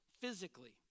physically